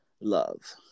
love